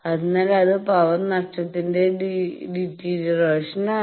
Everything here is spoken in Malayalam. അതിനാൽ അത് പവർ നഷ്ടത്തിന്റെ ഡിറ്റീരിയറേഷൻ എന്നാണ്